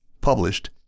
Published